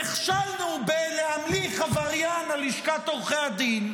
נכשלנו בלהמליך עבריין על לשכת עורכי הדין,